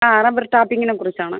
ആ റബ്ബർ ടാപ്പിങ്ങിനെ കുറിച്ചാണ്